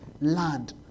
Land